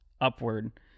upward